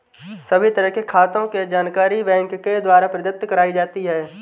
सभी तरह के खातों के जानकारी बैंक के द्वारा प्रदत्त कराई जाती है